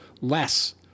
less